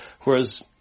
Whereas